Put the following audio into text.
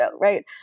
Right